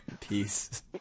Peace